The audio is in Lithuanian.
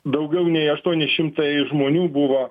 daugiau nei aštuoni šimtai žmonių buvo